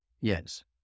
Yes